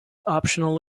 optional